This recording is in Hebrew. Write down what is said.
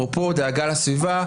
אפרופו דאגה לסביבה,